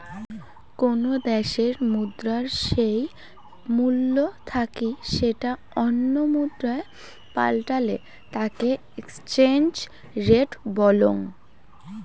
কোনো দ্যাশের মুদ্রার যেই মূল্য থাকি সেটা অন্য মুদ্রায় পাল্টালে তাকে এক্সচেঞ্জ রেট বলং